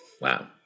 wow